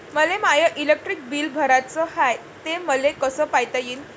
मले my electric bill भराचं हाय, ते मले कस पायता येईन?